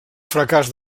fracàs